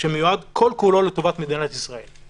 שמיועד כל כולו לטובת מדינת ישראל.